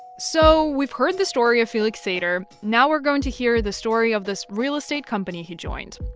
so we've heard the story of felix sater. now we're going to hear the story of this real estate company he joined,